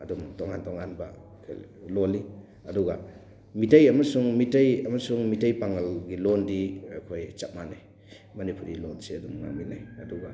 ꯑꯗꯨꯝ ꯇꯣꯉꯥꯟ ꯇꯣꯉꯥꯟꯕ ꯑꯩꯈꯣꯏ ꯂꯣꯜꯂꯤ ꯑꯗꯨꯒ ꯃꯤꯇꯩ ꯑꯃꯁꯨꯡ ꯃꯤꯇꯩ ꯑꯃꯁꯨꯡ ꯃꯤꯇꯩ ꯄꯥꯡꯒꯜꯒꯤ ꯂꯣꯟꯗꯤ ꯑꯩꯈꯣꯏ ꯆꯞ ꯃꯥꯟꯅꯩ ꯃꯅꯤꯄꯨꯔꯤ ꯂꯣꯟꯁꯤ ꯑꯗꯨꯝ ꯉꯥꯡꯃꯤꯟꯅꯩ ꯑꯗꯨꯒ